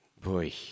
Boy